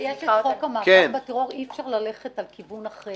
אבל מרגע שיש את חוק המאבק בטרור כבר אי אפשר ללכת על כיוון אחר.